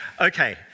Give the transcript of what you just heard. Okay